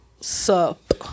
Sup